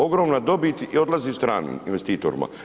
Ogromna dobit odlazi stranim investitorima.